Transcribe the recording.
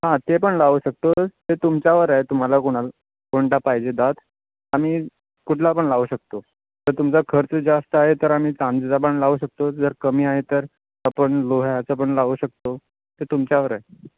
हां ते पण लावू शकतो ते तुमच्यावर आहे तुम्हाला कुणाला कोणता पाहिजे दात आम्ही कुठला पण लावू शकतो तर तुमचा खर्च जास्त आहे तर आम्ही चांदीचा पण लावू शकतो जर कमी आहे तर आपण लोह्याचं पण लावू शकतो ते तुमच्यावर आहे